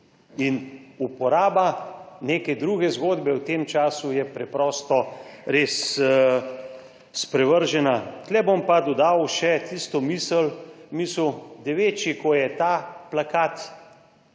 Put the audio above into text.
in uporaba neke druge zgodbe v tem času je preprosto res sprevržena. Tu bom pa dodal še tisto misel, »da večji ko je ta plakat,